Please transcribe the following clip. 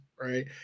right